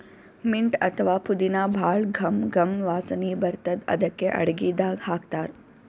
mint ಅಥವಾ ಪುದಿನಾ ಭಾಳ್ ಘಮ್ ಘಮ್ ವಾಸನಿ ಬರ್ತದ್ ಅದಕ್ಕೆ ಅಡಗಿದಾಗ್ ಹಾಕ್ತಾರ್